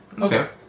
Okay